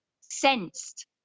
sensed